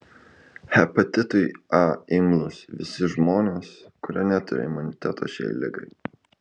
hepatitui a imlūs visi žmonės kurie neturi imuniteto šiai ligai